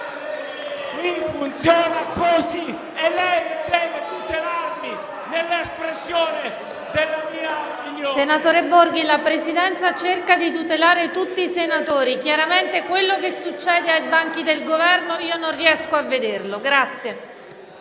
Senatore Borghi, la Presidenza cerca di tutelare tutti i senatori. Chiaramente quello che succede ai banchi del Governo io non riesco a vederlo. Le